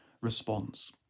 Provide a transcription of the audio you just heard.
response